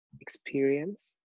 experience